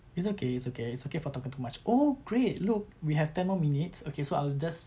it's okay it's okay it's okay for talking too much oh great look we have ten more minutes okay so I'll just